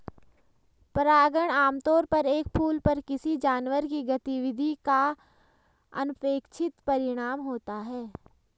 परागण आमतौर पर एक फूल पर किसी जानवर की गतिविधि का अनपेक्षित परिणाम होता है